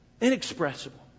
Inexpressible